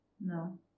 No